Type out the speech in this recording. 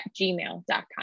gmail.com